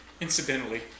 Incidentally